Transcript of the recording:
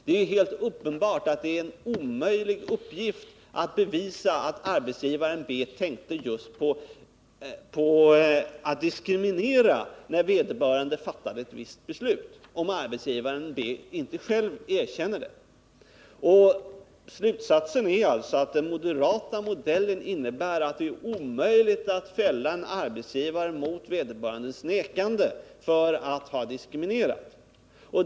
Det är helt uppenbart att det är en omöjlig uppgift att bevisa att arbetsgivaren tänkte på att diskriminera när han fattade sitt beslut — om arbetsgivaren inte själv vill erkänna att så var fallet. Slutsatsen blir att den moderata modellen innebär att det är omöjligt att fälla en arbetsgivare mot hans nekande till att ha Jiskriminerat.